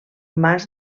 mas